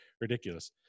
ridiculous